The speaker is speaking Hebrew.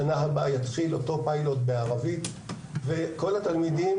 בשנה הבאה יתחיל אותו פיילוט בערבית וכל התלמידים